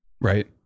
Right